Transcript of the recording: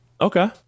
Okay